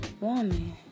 Woman